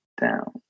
down